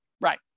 Right